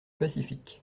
pacifiques